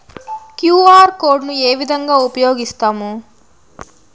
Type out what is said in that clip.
QR code ను ఏ విధంగా ఉపయగిస్తాము?